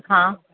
હા